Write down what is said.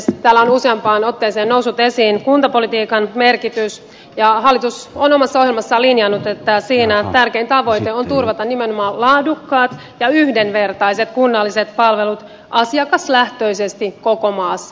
täällä on useampaan otteeseen noussut esiin kuntapolitiikan merkitys ja hallitus on omassa ohjelmassaan linjannut että siinä tärkein tavoite on turvata nimenomaan laadukkaat ja yhdenvertaiset kunnalliset palvelut asiakaslähtöisesti koko maassa